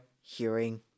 hearing